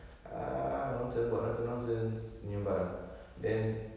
ah nonsense buat nonsense nonsense punya barang then